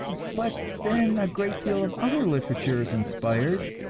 but then, a great deal of other literature is inspired,